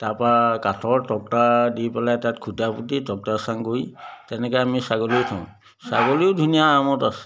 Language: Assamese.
তাৰপৰা কাঠৰ তক্তা দি পেলাই তাত খুঁটা পুতি তক্তাৰ চাং কৰি তেনেকৈ আমি ছাগলী থওঁ ছাগলীও ধুনীয়া আৰামত আছে